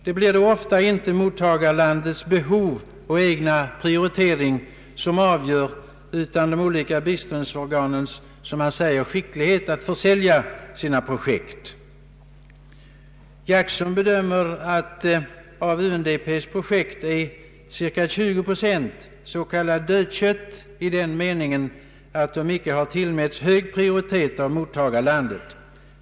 Det blir då ofta inte mottagarlandets behov och egen prioritering som avgör utan de olika biståndsorganens, som Jackson säger, skicklighet att ”försälja” sina projekt. Jackson bedömer att i cirka 20 procent av UNDP:s projekt är s.k. dödkött i den meningen att de inte tillmäts hög prioritet av mottagarlandet.